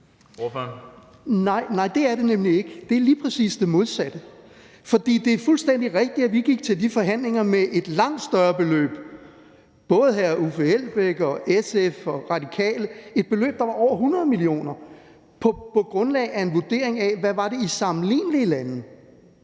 Nej, det er det nemlig ikke. Det er lige præcis det modsatte. For det er fuldstændig rigtigt, at vi gik til de forhandlinger med et langt større beløb, både hr. Uffe Elbæk og SF og Radikale – et beløb, der var over 100 mio. kr. – på grundlag af en vurdering af, hvad det var i sammenlignelige lande.